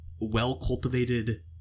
well-cultivated